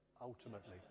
ultimately